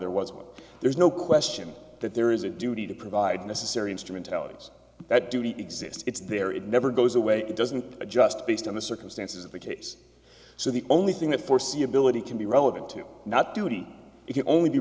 there was well there's no question that there is a duty to provide necessary instrumentalities that duty exists it's there it never goes away it doesn't just based on the circumstances of the case so the only thing that foreseeability can be relevant to not duty if you only be